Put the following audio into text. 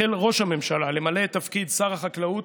החל ראש הממשלה למלא את תפקיד שר החקלאות